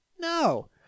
No